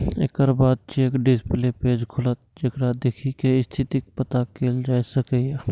एकर बाद check display page खुलत, जेकरा देखि कें स्थितिक पता कैल जा सकैए